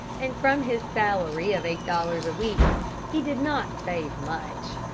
and from his salary of eight dollars a week he did not save much.